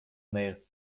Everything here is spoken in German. mail